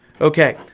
Okay